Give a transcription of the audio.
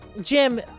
Jim